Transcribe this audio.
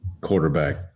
Quarterback